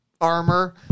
armor